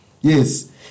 Yes